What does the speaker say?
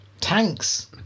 Tanks